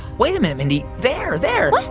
wait a minute, mindy. there. there what?